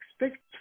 expect